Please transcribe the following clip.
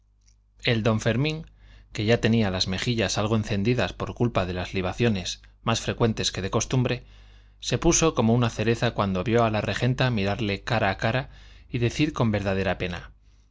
el don fermín que ya tenía las mejillas algo encendidas por culpa de las libaciones más frecuentes que de costumbre se puso como una cereza cuando vio a la regenta mirarle cara a cara y decir con verdadera pena